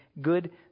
good